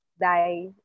die